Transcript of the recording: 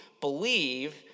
believe